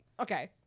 Okay